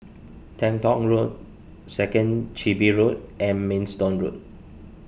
Teng Tong Road Second Chin Bee Road and Maidstone Road